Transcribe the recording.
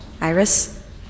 Iris